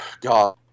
God